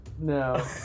No